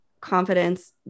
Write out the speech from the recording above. confidence